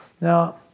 Now